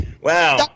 wow